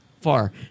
far